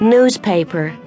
Newspaper